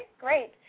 great